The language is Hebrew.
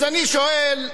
אז אני שואל אתכם,